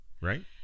Right